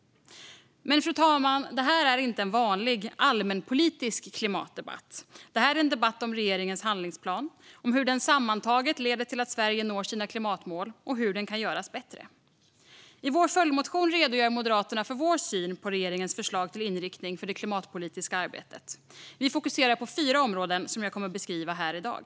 Men, fru talman, det här är inte en vanlig allmänpolitisk klimatdebatt. Det här är en debatt om regeringens handlingsplan, om hur den sammantaget leder till att Sverige når sina klimatmål och om hur den kan göras bättre. I vår följdmotion redogör Moderaterna för vår syn på regeringens förslag till inriktning för det klimatpolitiska arbetet. Vi fokuserar på fyra områden, som jag kommer att beskriva här i dag.